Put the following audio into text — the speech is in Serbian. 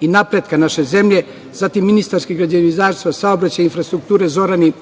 i napretka naše zemlje, zatim ministarke građevinarstva, saobraćaja i infrastrukture Zorani